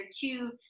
two